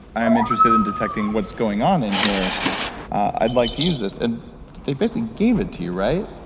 i'm interested in detecting what's going on in here i'd like to use this and they basically gave it to you, right?